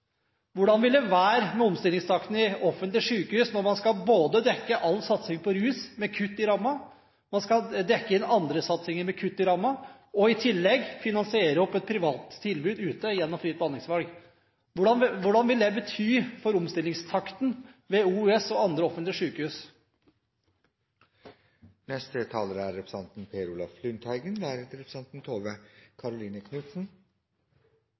Hvordan vil det være med omstillingstakten i offentlige sykehus når man skal dekke all satsing på rus med kutt i rammen, man skal dekke inn andre satsinger med kutt i rammen og i tillegg finansiere opp et privat tilbud ute gjennom fritt behandlingsvalg? Hva vil det bety for omstillingstakten ved OUS og andre offentlige sykehus? Et av Gjørv-kommisjonens viktigste poeng er